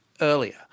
earlier